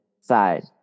side